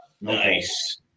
Nice